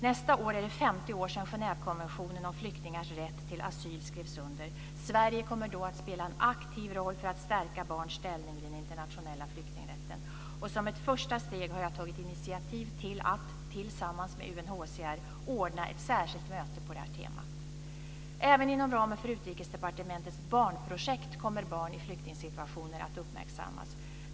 Nästa år är det 50 år sedan Genèvekonventionen om flyktingars rätt till asyl skrevs under. Sverige kommer då att spela en aktiv roll för att stärka barns rätt i den internationella flyktingrätten. Som ett första steg har jag tagit initiativ till att tillsammans med UNHCR ordna ett särskilt möte på detta tema. Även inom ramen för Utrikesdepartementets barnprojekt kommer barn i flyktingsituationer att uppmärksammas.